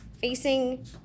facing